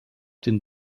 den